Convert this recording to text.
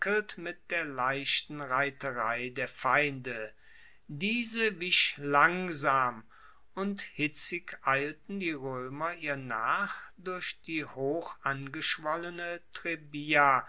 mit der leichten reiterei der feinde diese wich langsam und hitzig eilten die roemer ihr nach durch die hochangeschwollene trebia